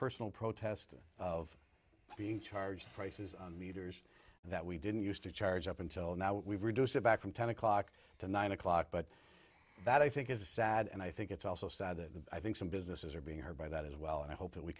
personal protest of being charged prices leaders that we didn't used to charge up until now we've reduced it back from ten o'clock to nine o'clock but that i think is sad and i think it's also sad that i think some businesses are being hurt by that as well and i hope that we